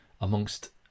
amongst